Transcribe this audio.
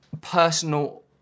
personal